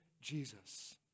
Jesus